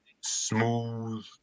smooth